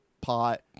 pot